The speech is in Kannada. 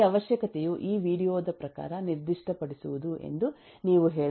ಈ ಅವಶ್ಯಕತೆಯು ಈ ವೀಡಿಯೊದ ಪ್ರಕಾರ ನಿರ್ದಿಷ್ಟಪಡಿಸುವುದು ಎಂದು ನೀವು ಹೇಳಬಹುದು